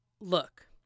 Look